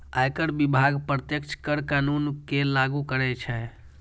आयकर विभाग प्रत्यक्ष कर कानून कें लागू करै छै